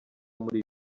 muri